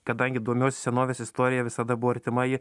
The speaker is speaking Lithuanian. kadangi domiuos senovės istorija visada buvo artima ji